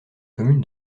commune